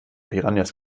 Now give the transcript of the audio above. piranhas